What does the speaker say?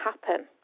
happen